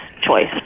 choice